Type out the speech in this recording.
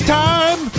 time